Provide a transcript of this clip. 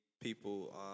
people